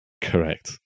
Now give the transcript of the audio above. Correct